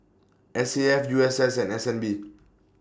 S A F U S S and S N B